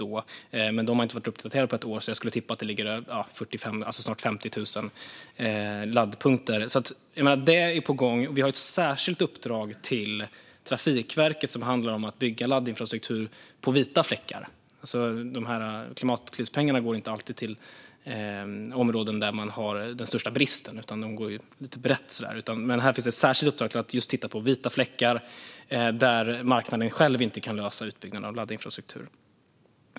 De uppgifterna har dock inte uppdaterats på ett år, så jag skulle tippa att det snart ligger på 50 000 laddpunkter. Detta är alltså på gång. Vi har ett särskilt uppdrag till Trafikverket som handlar om att bygga laddinfrastruktur på vita fläckar. Klimatklivspengarna går inte alltid till områden där bristen är störst, utan de går mer brett, men här finns alltså ett särskilt uppdrag att titta på vita fläckar, där marknaden själv inte kan lösa utbyggnaden av laddinfrastruktur.